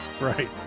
Right